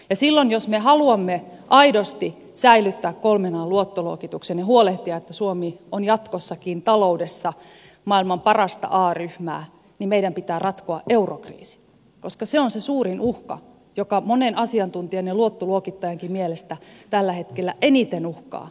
se on eurokriisi ja silloin jos me haluamme aidosti säilyttää kolmen an luottoluokituksen ja huolehtia että suomi on jatkossakin taloudessa maailman parasta a ryhmää meidän pitää ratkoa eurokriisi koska se on se suurin uhka joka monen asiantuntijan ja luottoluokittajankin mielestä tällä hetkellä eniten uhkaa suomen taloutta